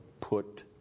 put